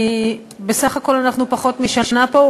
בסך הכול אנחנו פחות משנה פה,